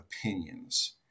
opinions